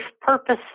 purpose